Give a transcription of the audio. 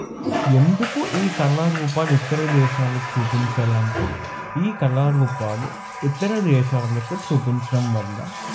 ఎందుకు ఈ కళారూపాలు ఇతర దేశాలకు చూపించాలంటే ఈ కళా రూపాలు ఇతర దేశాలకు చూపించడం వల్ల